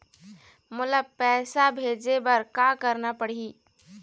मोला पैसा भेजे बर का करना पड़ही?